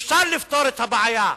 אפשר לפתור את הבעיה.